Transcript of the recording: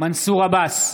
מנסור עבאס,